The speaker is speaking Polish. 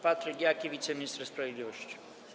Patryk Jaki, wiceminister sprawiedliwości.